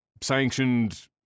sanctioned